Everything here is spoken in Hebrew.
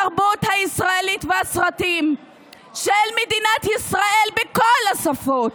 התרבות הישראלית והסרטים של מדינת ישראל בכל השפות,